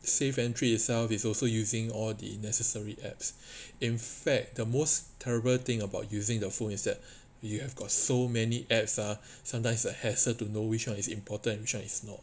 safe entry itself is also using all the necessary apps in fact the most terrible thing about using the phone is that you have got so many apps ah sometimes a hassle to know which one is important and which one is not